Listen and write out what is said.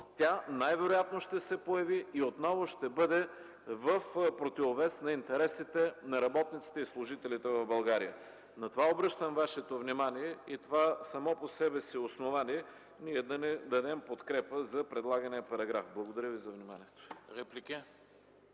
тя най-вероятно ще се появи и отново ще бъде в противовес на интересите на работниците и служителите в България. На това обръщам Вашето внимание и това само по себе си е основание ние да не дадем подкрепа за предлагания параграф. Благодаря Ви за вниманието.